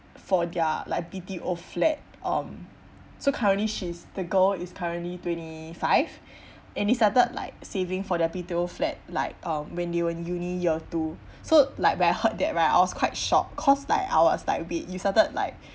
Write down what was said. for their like BTO flat um so currently she's the girl is currently twenty five and he started like saving for their BTO flat like um when they were in uni year two so like when I heard that right I was quite shock cause like I was like wait you started like